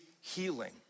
healing